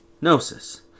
gnosis